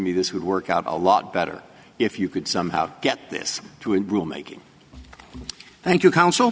me this would work out a lot better if you could somehow get this to in rule making thank you counsel